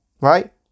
right